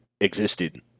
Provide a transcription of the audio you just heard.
existed